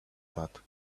that